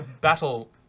Battle